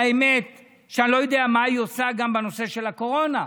האמת שאני לא יודע מה היא עושה גם בנושא של הקורונה.